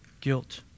guilt